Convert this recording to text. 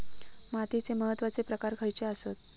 मातीचे महत्वाचे प्रकार खयचे आसत?